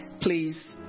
please